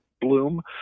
bloom